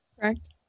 Correct